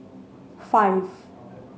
five